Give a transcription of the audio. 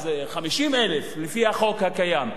אז 50,000 לפי החוק הקיים.